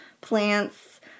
plants